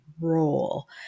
role